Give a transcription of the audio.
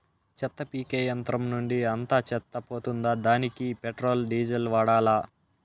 చెత్త పీకే యంత్రం నుండి అంతా చెత్త పోతుందా? దానికీ పెట్రోల్, డీజిల్ వాడాలా?